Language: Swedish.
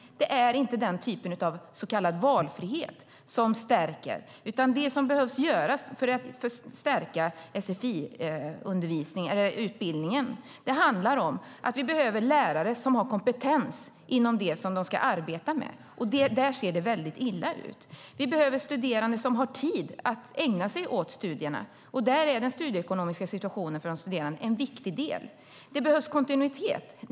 Det är inte den typen av valfrihet som stärker. Det som behöver göras för att stärka sfi-utbildningen handlar om att vi behöver lärare som har kompetens inom det de ska arbeta med. Där ser det illa ut. Vi behöver studerande som har tid att ägna sig åt studierna. Där är den studieekonomiska situationen för de studerande en viktig del. Det behövs kontinuitet.